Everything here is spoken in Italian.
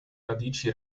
radici